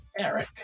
Eric